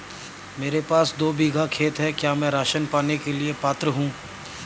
मेरे पास दो बीघा खेत है क्या मैं राशन पाने के लिए पात्र हूँ?